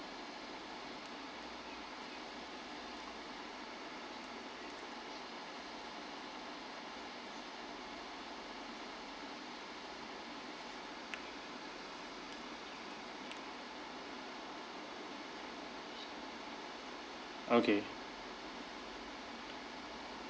okay